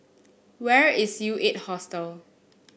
where is U Eight Hostel